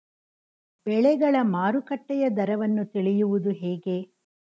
ಬೆಳೆಗಳ ಮಾರುಕಟ್ಟೆಯ ದರವನ್ನು ತಿಳಿಯುವುದು ಹೇಗೆ?